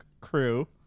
crew